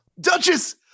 Duchess